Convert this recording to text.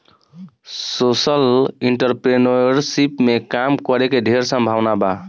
social entrepreneurship में काम के ढेर संभावना बा